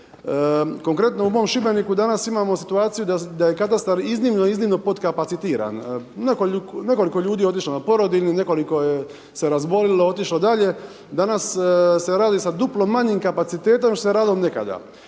Konkretno u mom Šibeniku danas imamo situaciju da je katastar iznimno, iznimno podkapacitiran. Nekoliko ljudi je otišlo na porodiljni, nekoliko se razbolilo, otišlo dalje, danas se radi sa duplo manjim kapacitetom nego što se radilo nekada.